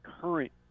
current